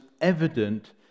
evident